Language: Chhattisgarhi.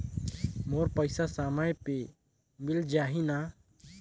मोर पइसा समय पे मिल जाही न?